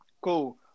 Cool